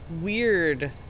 weird